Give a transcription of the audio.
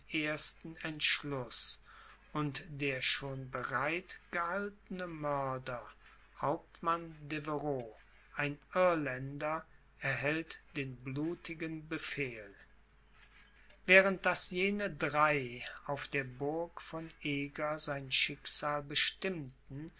ersten entschluß und der schon bereit gehaltene mörder hauptmann deveroux ein irländer erhält den blutigen befehl wahrend daß jene drei auf der burg von eger sein schicksal bestimmten